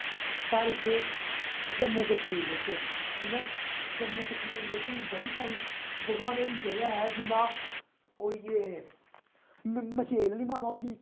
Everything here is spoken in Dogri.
साढ़े इत्थै जम्मू कश्मीर बिच्च जि'यां जम्मू कश्मीर बिच्च हून बड़ी सारी भगवानें दी जगह ऐ जि'यां होई गेई मचेल आह्ली माता होई गेई